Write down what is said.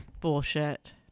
Bullshit